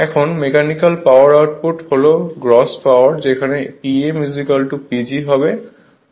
এখন mechanical power output হল gross power যেখানে Pm PG হবে